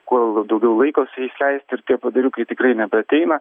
kuo daugiau laiko su jais leisti ir tie padariukai tikrai nebeateina